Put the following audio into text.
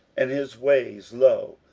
and his ways, lo,